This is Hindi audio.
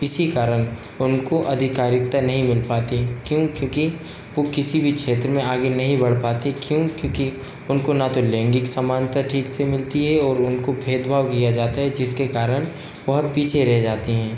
इसी कारण उनको अधिकारिकता नहीं मिल पाती क्यों क्योंकि वो किसी भी क्षेत्र में आगे नहीं बढ़ पातीं क्यों क्योंकि उनको ना तो लैंगिक समानता ठीक से मिलती है और उनको भेदभाव किया जाता है जिसके कारण और पीछे रह जाती हैं